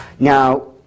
Now